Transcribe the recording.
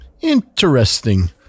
Interesting